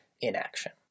inaction